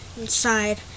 inside